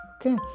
Okay